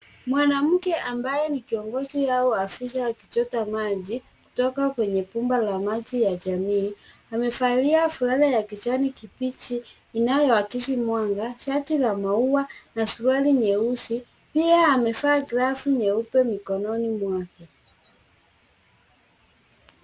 Mwanamke ambaye ni kiongozi au afisa akichota maji, kutoka kwenye bomba ya maji la jamii. Amevalia fulana ya kijani kibichi, inayoakisi mwanga shati la maua na suruali nyeusi. Pia amevaa glavu nyeupe mikononi mwake.